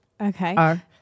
Okay